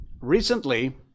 recently